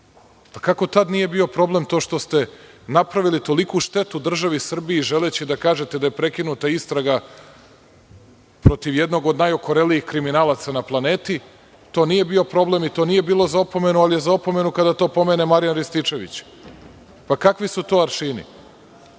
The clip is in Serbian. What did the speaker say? tada nije bio problem to što ste napravili toliku štetu državi Srbiji želeći da kažete da je prekinuta istraga protiv jednog od najokorelijih kriminalaca na planeti, to nije bio problem i to nije bilo za opomenu, ali je za opomenu kada to pomene Marjan Rističević. Kakvi su to aršini?